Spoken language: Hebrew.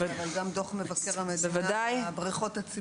בואו ניקח את החופים האסורים,